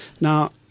Now